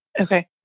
Okay